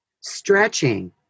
Stretching